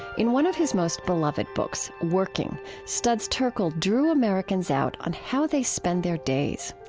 in one of his most beloved books, working, studs terkel drew americans out on how they spend their days.